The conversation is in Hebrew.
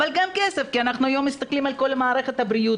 אבל גם כסף כי היום אנחנו מסתכלים על מערכת הבריאות